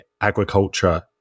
agriculture